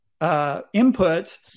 inputs